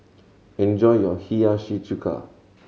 enjoy your Hiyashi Chuka